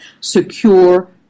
Secure